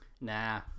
Nah